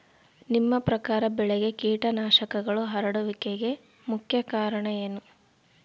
ನಿಮ್ಮ ಪ್ರಕಾರ ಬೆಳೆಗೆ ಕೇಟನಾಶಕಗಳು ಹರಡುವಿಕೆಗೆ ಮುಖ್ಯ ಕಾರಣ ಏನು?